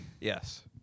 Yes